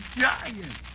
giant